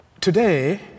Today